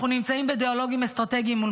אנחנו נמצאים בדיאלוגים אסטרטגיים מול